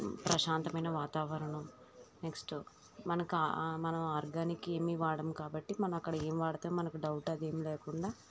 ప్రశాంతమైన వాతావరణం నెక్స్ట్ మనకు ఆ మనం ఆర్గానికేమి వాడం కాబట్టి మనం అక్కడ ఏం వాడతాం మనకు డౌట్ అదేమీలేకుండా